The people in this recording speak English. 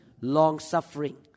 long-suffering